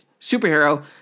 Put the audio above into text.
superhero